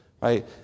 right